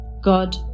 God